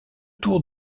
tour